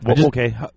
Okay